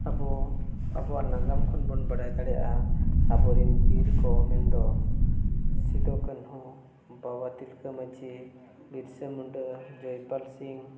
ᱟᱵᱚ ᱟᱵᱚᱣᱟᱜ ᱱᱟᱜᱟᱢ ᱠᱷᱚᱱ ᱵᱚᱱ ᱵᱟᱲᱟᱭ ᱫᱟᱲᱮᱭᱟᱜᱼᱟ ᱟᱵᱚᱨᱮᱱ ᱵᱤᱨ ᱠᱚ ᱢᱮᱱᱫᱚ ᱥᱤᱫᱩᱼᱠᱟᱹᱱᱦᱩ ᱵᱟᱵᱟ ᱛᱤᱞᱠᱟᱹ ᱢᱟᱺᱡᱷᱤ ᱵᱤᱨᱥᱟᱹ ᱢᱩᱱᱰᱟᱹ ᱡᱚᱭᱯᱟᱞ ᱥᱤᱝ